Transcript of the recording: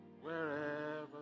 wherever